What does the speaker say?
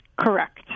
Correct